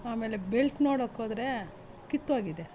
ಆಮೇಲೆ ಬೆಲ್ಟ್ ನೋಡೋಕ್ಕೋದ್ರೆ ಕಿತ್ತೋಗಿದೆ